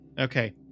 Okay